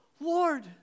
Lord